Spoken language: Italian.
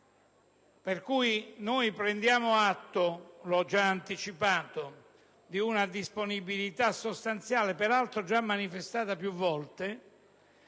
assunto. Noi prendiamo atto pertanto - l'ho già anticipato - di una disponibilità sostanziale, peraltro già manifestata più volte,